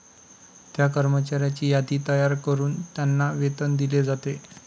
त्या कर्मचाऱ्यांची यादी तयार करून त्यांना वेतन दिले जाते